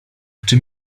czy